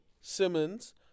Simmons